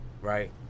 right